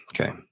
Okay